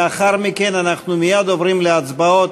לאחר מכן אנחנו מייד עוברים להצבעות.